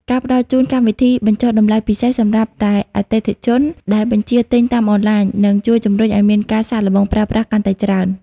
ការផ្ដល់ជូនកម្មវិធីបញ្ចុះតម្លៃពិសេសសម្រាប់តែអតិថិជនដែលបញ្ជាទិញតាមអនឡាញ នឹងជួយជម្រុញឱ្យមានការសាកល្បងប្រើប្រាស់កាន់តែច្រើន។